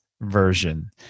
version